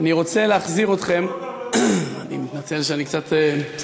אני רוצה להחזיר אתכם, איזה מושג?